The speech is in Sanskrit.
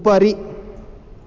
उपरि